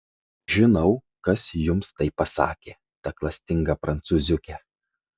žinau kas jums tai pasakė ta klastinga prancūziuke